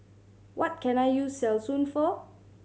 what can I use Selsun for